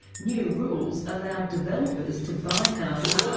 new rules allowed developers to buy houses,